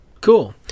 Cool